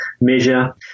measure